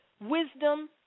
wisdom